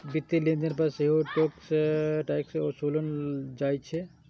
वित्तीय लेनदेन पर सेहो टैक्स ओसूलल जाइ छै